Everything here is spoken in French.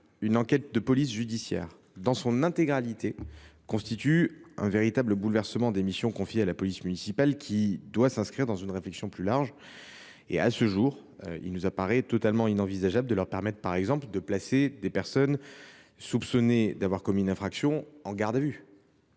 une enquête de police judiciaire dans son intégralité constitue un véritable bouleversement des missions qui leur sont confiées. Un tel changement doit s’inscrire dans le cadre d’une réflexion plus large. À ce jour, il nous apparaît totalement inenvisageable de leur permettre, par exemple, de placer des personnes soupçonnées d’avoir commis une infraction en garde à vue.